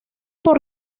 por